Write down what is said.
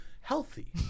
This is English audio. healthy